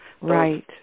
Right